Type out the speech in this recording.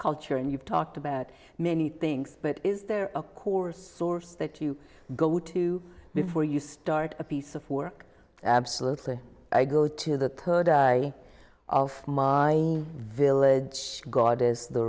culture and you've talked about many things but is there a course source that you go to before you start a piece of work absolutely i go to the good i of my village god is the